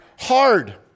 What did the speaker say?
hard